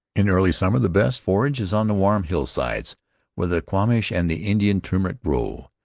in early summer the best forage is on the warm hillsides where the quamash and the indian turnip grow.